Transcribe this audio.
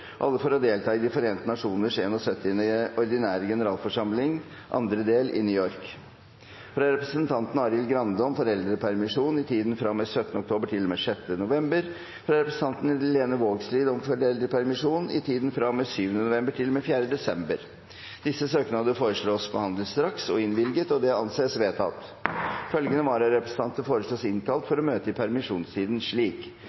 alle for delta i De forente nasjoners 71. ordinære generalforsamling, andre del, i New York fra representanten Arild Grande om foreldrepermisjon i tiden fra og med 17. oktober til og med 6. november fra representanten Lene Vågslid om foreldrepermisjon i tiden fra og med 7. november til og med 4. desember Etter forslag fra presidenten ble enstemmig besluttet: Søknadene behandles straks og innvilges. Følgende vararepresentanter